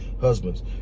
husbands